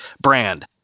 brand